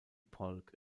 polk